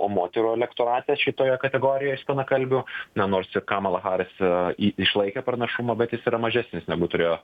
o moterų elektorate šitoje kategorijoje vienakalbių na nors ir kamala harris į išlaikė pranašumą bet jis yra mažesnis negu turėjo